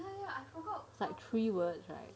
like three words like that